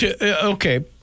Okay